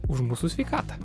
už mūsų sveikatą